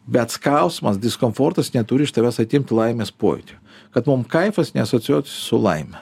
bet skausmas diskomfortas neturi iš tavęs atimti laimės pojūtį kad mum kaifas neasocijuotųsi su laime